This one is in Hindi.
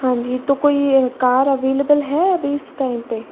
हाँ जी तो कोई कार अवेलबल है अभी इस टाइम पर